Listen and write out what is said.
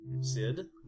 Sid